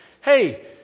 Hey